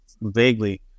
vaguely